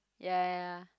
ya ya